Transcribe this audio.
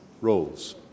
roles